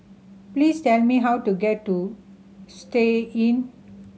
please tell me how to get to Istay Inn